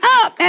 up